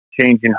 changing